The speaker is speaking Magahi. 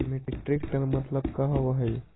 मीट्रिक टन मतलब का होव हइ?